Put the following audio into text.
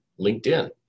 LinkedIn